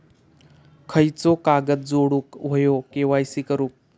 खयचो कागद जोडुक होयो के.वाय.सी करूक?